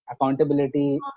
accountability